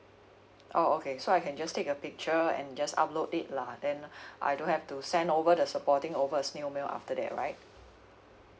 oh okay so I can just take a picture and just upload it lah then I don't have to send over the supporting over a snail mail after that right